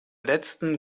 letzten